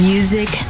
Music